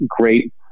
great